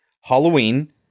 Halloween